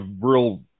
real –